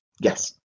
yes